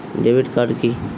Debit card কি?